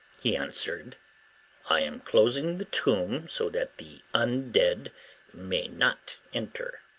he answered i am closing the tomb, so that the un-dead may not enter.